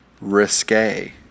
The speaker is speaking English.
risque